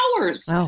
hours